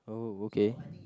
uh okay